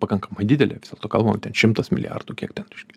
pakankamai didelę vis dėlto kalbama ten šimtas milijardų kiek ten reiškia